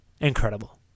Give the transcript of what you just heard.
incredible